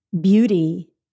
beauty